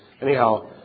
Anyhow